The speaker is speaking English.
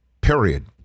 Period